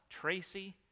Tracy